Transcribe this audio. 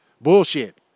Bullshit